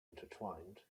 intertwined